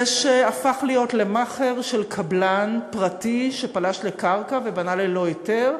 זה שהפך להיות מאכער של קבלן פרטי שפלש לקרקע ובנה ללא היתר,